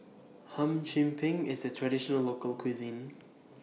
Hum Chim Peng IS A Traditional Local Cuisine